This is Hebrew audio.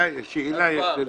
איתי, יש לי שאלה לזה.